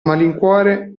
malincuore